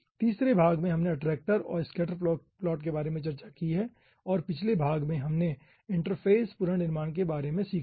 तीसरे भाग में हमने अट्रेक्टर और स्कैटर प्लॉट के बारे में बात की है और पिछले भाग में हमने इंटरफ़ेस पुनर्निर्माण के बारे में सीखा है